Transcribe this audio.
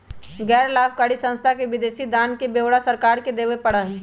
गैर लाभकारी संस्था के विदेशी दान के ब्यौरा सरकार के देवा पड़ा हई